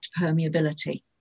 permeability